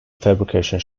fabrication